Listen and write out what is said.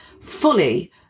fully